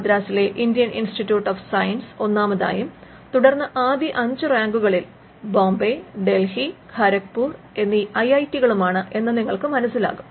മദ്രാസിലെ Indian institute of science ഒന്നാമതായും തുടർന്ന് ആദ്യ 5 റാങ്കുകളിൽ ബോംബെ ഡൽഹി ഖരഗ്പൂർ എന്നീ ഐ ഐ ടി കളുമാണ് എന്ന് നിങ്ങൾക്ക് മനസിലാകും